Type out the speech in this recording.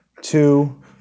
two